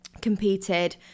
competed